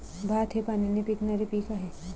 भात हे पाण्याने पिकणारे पीक आहे